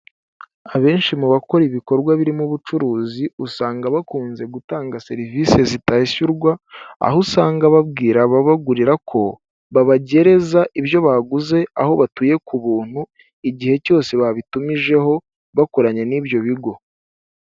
Abenshi mu bakora ibikorwa birimo ubucuruzi usanga bakunze gutanga serivisi zitishyurwa, aho usanga babwira ababagurira ko babagereza ibyo baguze aho batuye ku buntu, igihe cyose babitumijeho bakoranye n'ibyo bigo.